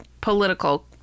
political